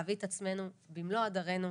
להביא את עצמנו במלוא הדרנו,